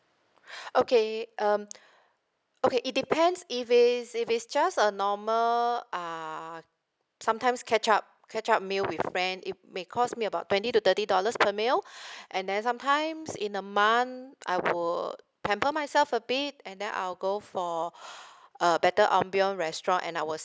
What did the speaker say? okay um okay it depends if it's if it's just a normal uh sometimes catch up catch up meal with friend it may cost me about twenty to thirty dollars per meal and then sometimes in a month I would pamper myself a bit and then I'll go for uh better ambient restaurant and I will